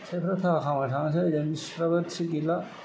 फिसाइफ्रा थाखा खामायनो थांसै ओजों बिसिफ्राबो थिग गैला